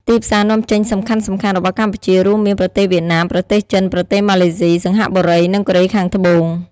ទីផ្សារនាំចេញសំខាន់ៗរបស់កម្ពុជា រួមមាន ប្រទេសវៀតណាម ប្រទេសចិន ប្រទេសម៉ាឡេស៊ី សិង្ហបុរី និងកូរ៉េខាងត្បូង។